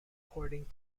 according